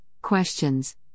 questions